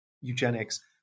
eugenics